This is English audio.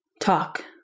talk